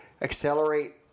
accelerate